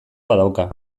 badauka